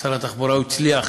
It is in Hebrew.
שר התחבורה, הוא הצליח